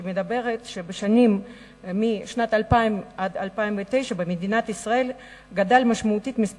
שאומרת שמשנת 2000 עד שנת 2009 גדל משמעותית במדינת ישראל